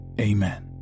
Amen